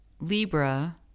Libra